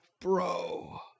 bro